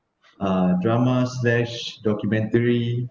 a drama slash documentary